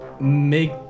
Make